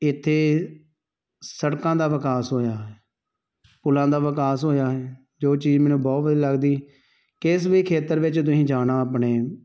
ਇੱਥੇ ਸੜਕਾਂ ਦਾ ਵਿਕਾਸ ਹੋਇਆ ਹੈ ਪੁਲਾਂ ਦਾ ਵਿਕਾਸ ਹੋਇਆ ਹੈ ਜੋ ਉਹ ਚੀਜ਼ ਮੈਨੂੰ ਬਹੁਤ ਵਧੀਆ ਲੱਗਦੀ ਕਿਸ ਵੀ ਖੇਤਰ ਵਿੱਚ ਤੁਸੀਂ ਜਾਣਾ ਆਪਣੇ